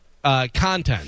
Content